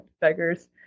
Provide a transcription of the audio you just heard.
beggars